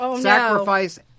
sacrifice